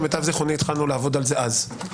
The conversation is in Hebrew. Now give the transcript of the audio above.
למיטב זכרוני התחלנו לעבוד על זה אז.